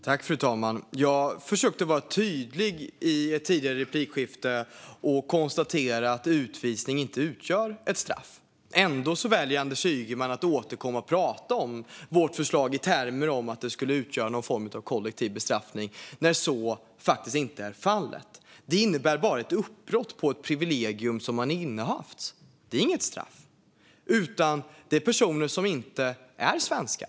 Fru talman! Jag försökte vara tydlig i de tidigare inläggen och konstaterade att utvisning inte utgör ett straff. Ändå väljer Anders Ygeman att återkomma och prata om vårt förslag i termer av att det skulle utgöra någon form av kollektiv bestraffning. Så är alltså inte fallet. Utvisning innebär bara ett uppbrott från ett privilegium som man har innehaft. Det är inget straff. Det här är personer som inte är svenskar.